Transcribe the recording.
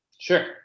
sure